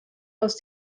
aus